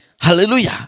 Hallelujah